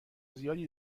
زیادی